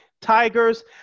Tigers